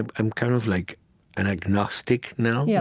and i'm kind of like an agnostic now. yeah